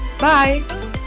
Bye